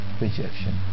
rejection